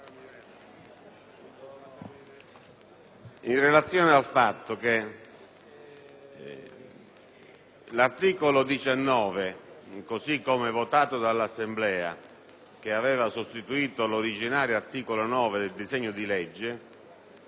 in relazione al fatto che l'articolo 19, così come votato dall'Assemblea, che aveva sostituito l'originario articolo 9 del disegno di legge,